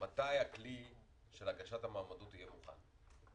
מתי הכלי של הגשת המועמדות יהיה מוכן?